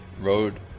Road